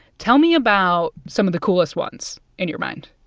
tell me about some of the coolest ones in your mind